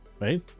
Right